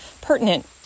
pertinent